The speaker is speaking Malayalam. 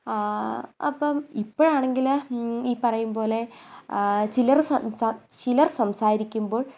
ആ അപ്പം ഇപ്പോഴാണെങ്കിൽ ഈ പറയുംപോലെ ചിലർ സം ചിലർ സംസാരിക്കുമ്പോൾ